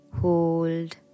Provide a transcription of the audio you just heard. hold